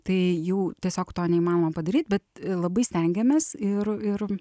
tai jau tiesiog to neįmanoma padaryt bet labai stengiamės ir ir